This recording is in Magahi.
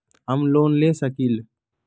हम लोन ले सकील?